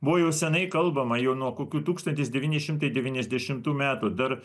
buvo jau seniai kalbama jau nuo kokių tūkstantis devyni šimtai devyniasdešimtų metų dar